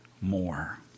more